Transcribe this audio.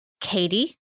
Katie